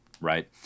right